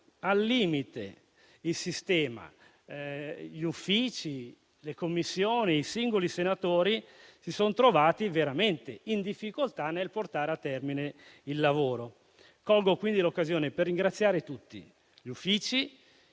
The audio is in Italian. al limite il sistema: gli Uffici, le Commissioni e i singoli senatori si sono trovati veramente in difficoltà nel portare a termine il lavoro. Colgo quindi l'occasione per ringraziare tutti: gli Uffici,